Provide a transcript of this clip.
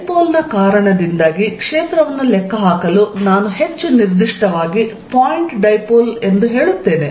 dipole ನ ಕಾರಣದಿಂದಾಗಿ ಕ್ಷೇತ್ರವನ್ನು ಲೆಕ್ಕಹಾಕಲು ನಾನು ಹೆಚ್ಚು ನಿರ್ದಿಷ್ಟವಾಗಿ ಪಾಯಿಂಟ್ ಡೈಪೋಲ್ ಎಂದು ಹೇಳುತ್ತೇನೆ